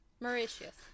Mauritius